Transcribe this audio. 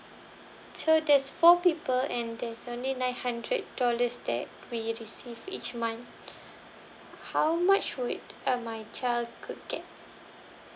so there's four people and there's only nine hundred dollars that we receive each month how much would uh my child could get